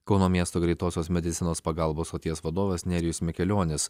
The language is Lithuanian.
kauno miesto greitosios medicinos pagalbos stoties vadovas nerijus mikelionis